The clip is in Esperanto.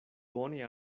bone